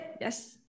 Yes